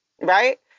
right